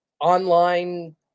online